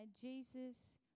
Jesus